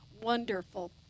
wonderful